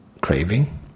craving